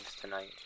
tonight